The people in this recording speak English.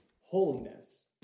holiness